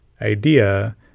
idea